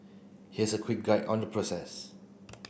here's a quick guide on the process